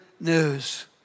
news